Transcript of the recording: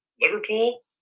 Liverpool